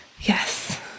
Yes